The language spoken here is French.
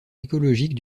écologique